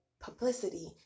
publicity